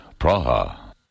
Praha